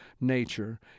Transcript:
nature